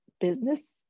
business